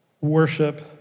worship